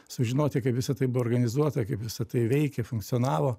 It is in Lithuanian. sužinoti kaip visa tai buvo organizuota kaip visa tai veikė funkcionavo